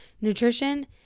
nutrition